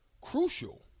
Crucial